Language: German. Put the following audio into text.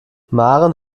maren